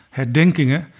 herdenkingen